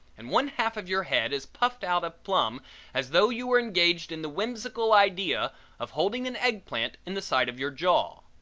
and one half of your head is puffed out of plumb as though you were engaged in the whimsical idea of holding an egg plant in the side of your jaw.